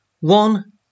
one